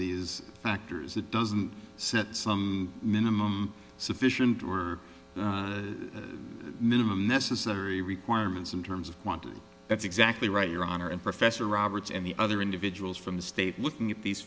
these factors it doesn't set some minimum sufficient or minimum necessary requirements in terms of quantity that's exactly right your honor and professor roberts and the other individuals from the state looking at these